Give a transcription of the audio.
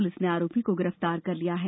police ने आरोपी को गिरफ्तार कर लिया है